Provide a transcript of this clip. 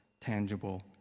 tangible